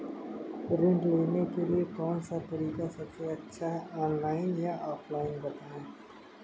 ऋण लेने के लिए कौन सा तरीका सबसे अच्छा है ऑनलाइन या ऑफलाइन बताएँ?